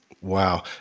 wow